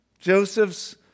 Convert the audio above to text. Joseph's